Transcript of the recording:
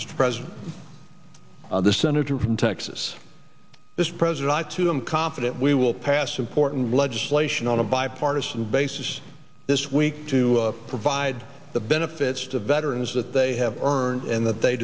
as president the senator from texas this president to i'm confident we will pass important legislation on a bipartisan basis this week to provide the benefits to veterans that they have earned and that they